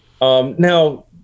Now